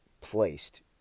placed